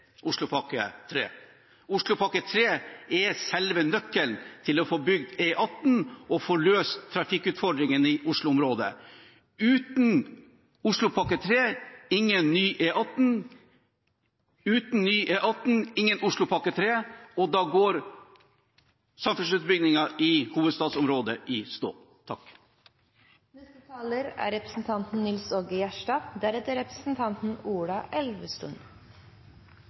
Oslopakke 3 er selve nøkkelen til å få bygget E18 og få løst trafikkutfordringene i Oslo-området. Uten Oslopakke 3 – ingen ny E18. Uten ny E18 – ingen Oslopakke 3. Da går samferdselsutbyggingen i hovedstadsområdet i stå. To ting: Det ene er